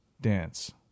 dance